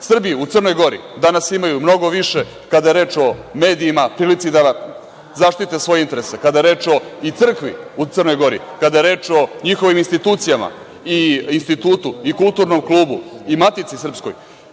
Srbi u Crnoj Gori danas imaju mnogo više kada je reč o medijima, prilici da zaštite svoje interese, i kada je reč o crkvu u Crnoj Gori, kada je reč o njihovim institucijama i institutu i kulturnom klubu i Matici srpskoj,